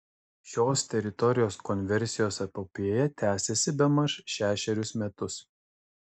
šios teritorijos konversijos epopėja tęsiasi bemaž šešerius metus